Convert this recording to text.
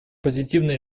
позитивные